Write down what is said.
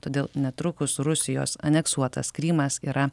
todėl netrukus rusijos aneksuotas krymas yra